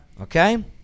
Okay